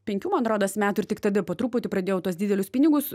penkių man rodos metų ir tik tada po truputį pradėjau tuos didelius pinigus